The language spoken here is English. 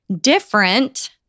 different